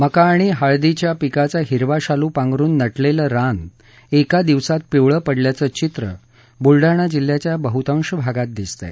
मका आणि हळदीच्या पिकाचा हिरवा शालू पांधरुन नटलेलं रान एका दिवसात पिवळं पडल्याचं चित्र बूलडाणा जिल्ह्याच्या बहुतांश भागात दिसत आहे